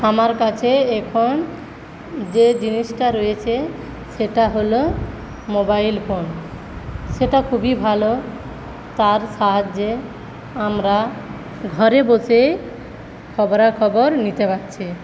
আমার কাছে এখন যে জিনিসটা রয়েছে সেটা হল মোবাইল ফোন সেটা খুবই ভালো তার সাহায্যে আমরা ঘরে বসে খবরাখবর নিতে পারছি